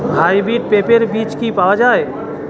Hybrid পেঁপের বীজ কি পাওয়া যায়?